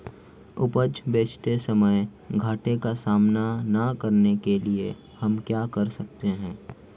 उपज बेचते समय घाटे का सामना न करने के लिए हम क्या कर सकते हैं?